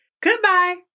goodbye